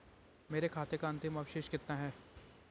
मेरे खाते का अंतिम अवशेष कितना है?